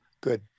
Good